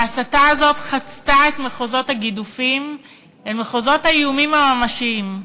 ההסתה הזאת חצתה את מחוזות הגידופים אל מחוזות האיומים הממשיים.